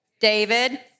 David